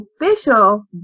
official